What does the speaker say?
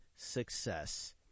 Success